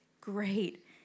great